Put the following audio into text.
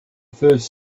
first